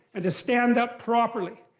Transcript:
and to stand up properly.